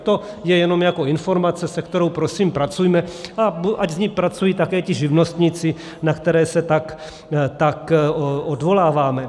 To je jenom jako informace, se kterou prosím pracujme, a ať s ní pracují také ti živnostníci, na které se tak odvoláváme.